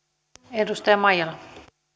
arvoisa puhemies